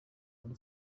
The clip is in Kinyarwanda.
muri